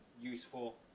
useful